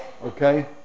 Okay